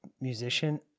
musician